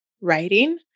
writing